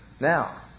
Now